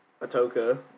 Atoka